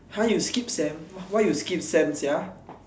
!huh! you skip sem why you skip sem sia